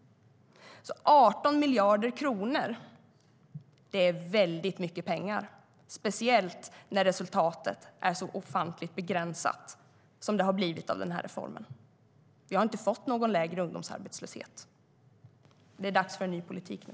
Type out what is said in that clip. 18 miljarder kronor är väldigt mycket pengar, speciellt när resultatet är så ofantligt begränsat som det har blivit efter den här reformen. Vi har inte fått någon lägre ungdomsarbetslöshet. Det är dags för en ny politik nu.